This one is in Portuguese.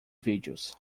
vídeos